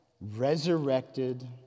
resurrected